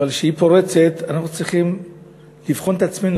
אבל כשהיא פורצת אנחנו צריכים כולנו לבחון את עצמנו,